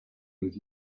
with